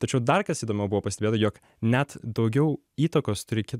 tačiau dar kas įdomiau buvo pastebėta jog net daugiau įtakos turi ki